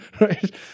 right